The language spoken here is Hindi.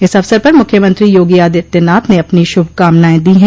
इस अवसर पर मुख्यमंत्री योगी आदित्यनाथ ने अपनी शुभकामनाएं दी है